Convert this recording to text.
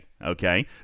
Okay